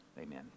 Amen